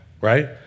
right